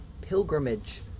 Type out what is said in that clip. pilgrimage